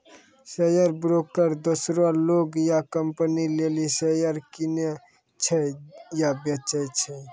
share broker दोसरो लोग या कंपनी लेली शेयर किनै छै या बेचै छै